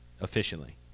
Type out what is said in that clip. efficiently